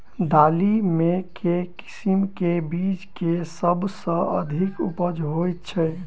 दालि मे केँ किसिम केँ बीज केँ सबसँ अधिक उपज होए छै?